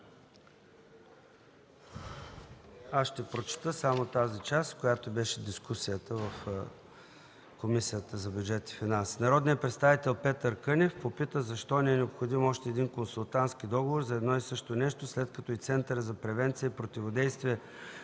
Аз ще прочета само частта, в която беше дискусията в Комисията по бюджет и финанси. „Народният представител Петър Кънев запита защо ни е необходим още един консултантски договор за едно и също нещо, след като и Центърът за превенция и противодействие